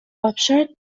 آبشارت